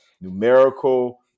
numerical